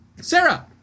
sarah